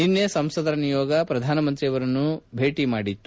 ನಿನ್ನೆ ಸಂಸದರ ನಿಯೋಗ ಪ್ರಧಾನಮಂತ್ರಿ ಅವರನ್ನು ನಿಯೋಗ ಭೇಟ ಮಾಡಿತ್ತು